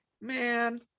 Man